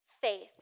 faith